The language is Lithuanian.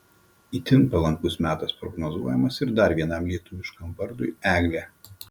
itin palankus metas prognozuojamas ir dar vienam lietuviškam vardui eglė